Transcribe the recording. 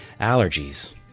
Allergies